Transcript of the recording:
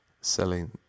selling